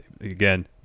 Again